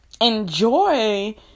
enjoy